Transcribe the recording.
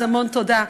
אז המון תודה.